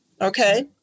okay